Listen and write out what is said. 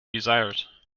desired